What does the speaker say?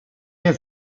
nie